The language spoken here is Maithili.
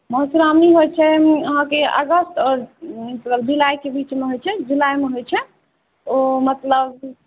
मधुश्रावणी होइ छै अहाँके अगस्त मतलब जुलाइके बीचमे होइ छै जुलाइमे होइ छै ओ मतलब